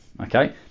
okay